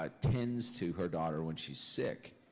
um tends to her daughter when she's sick,